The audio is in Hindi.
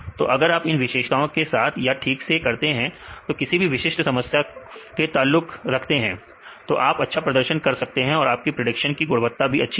तो अगर आप इन विशेषताओं के साथ या ठीक से करते हैं जो कि किसी विशिष्ट समस्या के ताल्लुक रखता है तो आप अच्छा प्रदर्शन कर सकते हैं और आपकी प्रिडिक्शन की गुणवत्ता भी अच्छी होगी